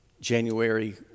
January